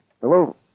Hello